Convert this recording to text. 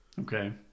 Okay